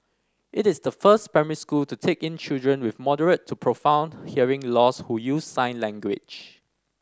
it is the first primary school to take in children with moderate to profound hearing loss who use sign language